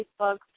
Facebook